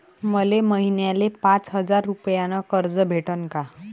मले महिन्याले पाच हजार रुपयानं कर्ज भेटन का?